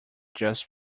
just